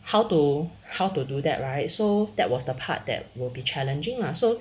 how to how to do that right so that was the part that will be challenging lah so